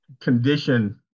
condition